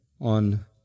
on